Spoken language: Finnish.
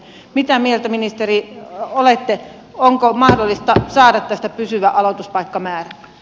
mitä mieltä ministeri olette onko mahdollista saada tästä pysyvä aloituspaikkamäärä